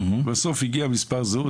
בסוף הגיע מספר זהות,